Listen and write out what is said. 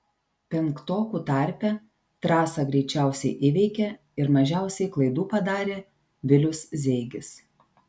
penktokų tarpe trasą greičiausiai įveikė ir mažiausiai klaidų padarė vilius zeigis